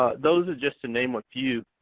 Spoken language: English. ah those are just to name a few.